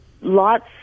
lots